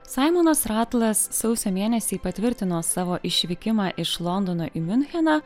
saimonas ratlas sausio mėnesį patvirtino savo išvykimą iš londono į miuncheną